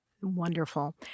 Wonderful